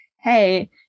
hey